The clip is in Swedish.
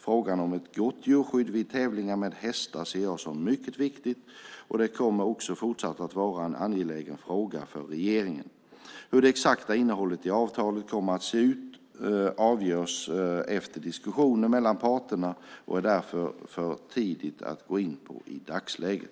Frågan om ett gott djurskydd vid tävlingar med hästar ser jag som mycket viktig, och den kommer också fortsatt att vara en angelägen fråga för regeringen. Hur det exakta innehållet i avtalet kommer att se ut avgörs efter diskussioner mellan parterna och är därför för tidigt att gå in på i dagsläget.